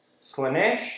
Slanesh